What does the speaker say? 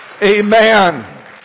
Amen